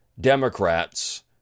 Democrats